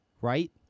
right